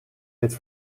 dit